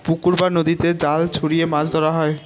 পুকুর বা নদীতে জাল ছড়িয়ে মাছ ধরা হয়